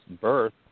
birth